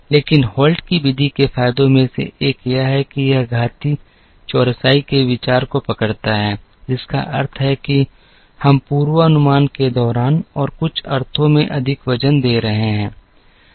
लेकिन होल्ट की विधि के फायदों में से एक यह है कि यह घातीय चौरसाई के विचार को पकड़ता है जिसका अर्थ है कि हम पूर्वानुमान के दौरान और कुछ अर्थों में अधिक वजन दे रहे हैं